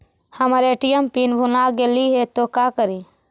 हमर ATM pin भूला गेली हे, तो का करि?